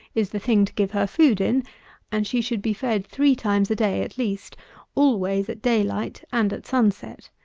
is the thing to give her food in and she should be fed three times a day, at least always at day-light and at sun-set.